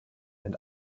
and